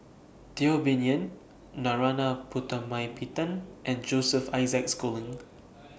Teo Bee Yen Narana Putumaippittan and Joseph Isaac Schooling